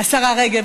השרה רגב,